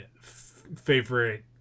favorite